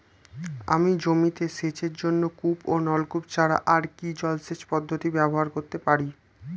আমি জমিতে সেচের জন্য কূপ ও নলকূপ ছাড়া আর কি জলসেচ পদ্ধতি ব্যবহার করতে পারি?